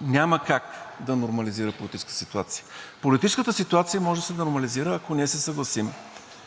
няма как да нормализира политическата ситуация. Политическата ситуация може да се нормализира, ако ние се съгласим,